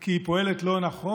כי היא פועלת לא נכון?